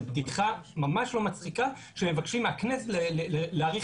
זו בדיחה ממש לא מצחיקה שמבקשים מהכנסת להאריך